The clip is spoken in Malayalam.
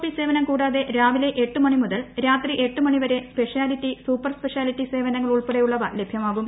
പി സേവനം കൂടാതെ രാവിലെ എട്ട് മണിമുതൽ രാത്രി എട്ട് മണിവരെ സ്പെഷ്യാലിറ്റി സൂപ്പർ സ്പെഷ്യാലിറ്റി സേവനങ്ങൾ ഉൾപ്പെടെയുള്ളവ ലഭ്യമാകും